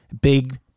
big